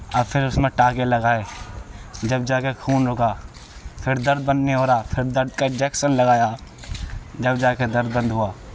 اور پھر اس میں ٹانکے لگائے جب جا کر خون رکا پھر درد بند نہیں ہو رہا پھر درد کا انجیکسن لگایا جب جا کے درد بند ہوا